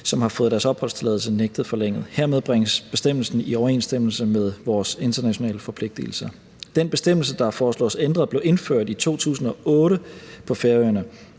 som har fået deres opholdstilladelse nægtet forlænget. Hermed bringes bestemmelsen i overensstemmelse med vores internationale forpligtigelser. Den bestemmelse, der foreslås ændret, blev indført på Færøerne